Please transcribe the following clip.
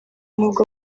nubwo